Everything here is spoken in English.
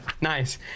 Nice